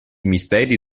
misteri